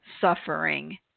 suffering